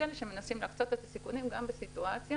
שמנסים להסדיר את הסיכונים גם בסיטואציה